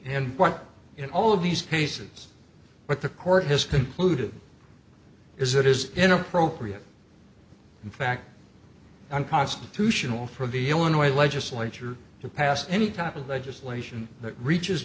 and what in all of these cases what the court has concluded is it is inappropriate in fact unconstitutional for the illinois legislature to pass any type of legislation that reaches